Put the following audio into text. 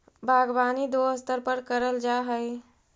बागवानी दो स्तर पर करल जा हई